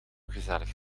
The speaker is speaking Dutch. gezellig